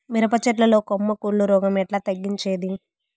మిరప చెట్ల లో కొమ్మ కుళ్ళు రోగం ఎట్లా తగ్గించేది?